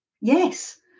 yes